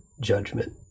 judgment